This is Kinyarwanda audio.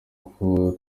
uko